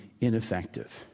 ineffective